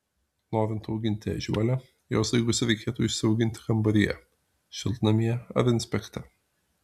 norint auginti ežiuolę jos daigus reiktų išsiauginti kambaryje šiltnamyje ar inspekte